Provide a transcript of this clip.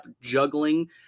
juggling